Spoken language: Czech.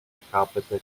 nechápete